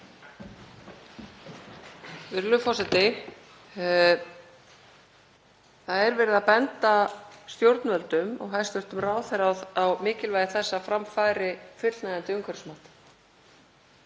Það er verið að benda stjórnvöldum og hæstv. ráðherra á mikilvægi þess að fram fari fullnægjandi umhverfismat.